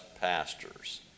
pastors